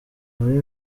muri